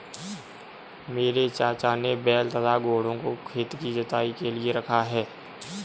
मेरे चाचा ने बैल तथा घोड़ों को खेत की जुताई के लिए रखा है